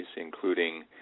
including